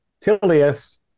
Tilius